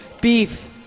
Beef